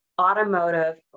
automotive